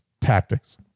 tactics